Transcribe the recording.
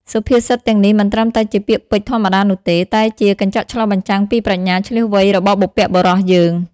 សុភាសិតទាំងនេះមិនត្រឹមតែជាពាក្យពេចន៍ធម្មតានោះទេ តែជាកញ្ចក់ឆ្លុះបញ្ចាំងពីប្រាជ្ញាឈ្លាសវៃរបស់បុព្វបុរសយើង។